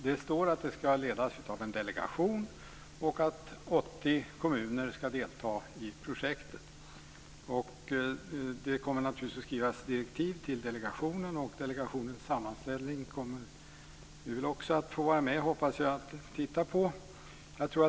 Det står att arbetet ska ledas av en delegation och att 80 kommuner ska delta i projektet. Det kommer naturligtvis att skrivas direktiv till delegationen, och delegationens sammanställning kommer vi förhoppningsvis att få vara med och titta på.